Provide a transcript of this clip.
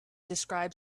describe